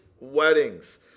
weddings